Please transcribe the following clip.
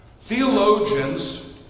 Theologians